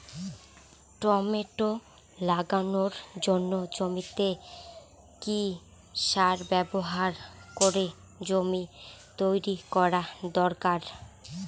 Tomato লাগানোর জন্য জমিতে কি সার ব্যবহার করে জমি তৈরি করা দরকার?